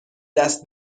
دست